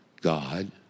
God